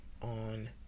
on